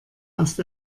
erst